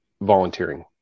volunteering